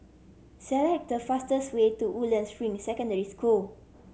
select the fastest way to Woodlands Ring Secondary School